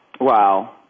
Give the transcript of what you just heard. Wow